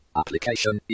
application